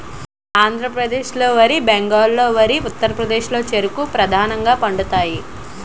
ఆంధ్రాలో వరి బెంగాల్లో వరి ఉత్తరప్రదేశ్లో చెరుకు ప్రధానంగా పండుతాయి